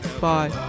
Bye